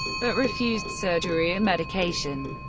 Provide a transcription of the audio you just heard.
but refused surgery or medication.